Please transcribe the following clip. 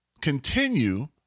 continue